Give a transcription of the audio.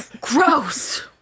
Gross